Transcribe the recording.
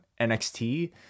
NXT